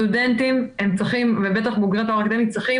סטודנטים ובטח בוגרי תואר אקדמי צריכים